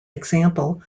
example